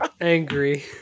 Angry